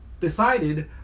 decided